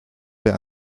wer